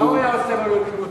מה היו עושים אם לא היה להם נשק?